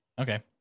Okay